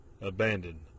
abandoned